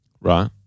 Right